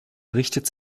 richtet